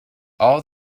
all